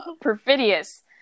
perfidious